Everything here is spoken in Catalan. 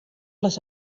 les